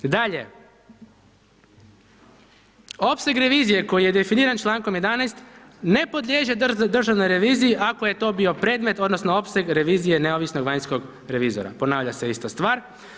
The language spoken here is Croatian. Dakle, opseg revizije koji je definiran člankom 11. ne podliježe državnoj reviziji ako je to bio predmet odnosno opseg revizije neovisnog vanjskog revizora, ponavlja se ista stvar.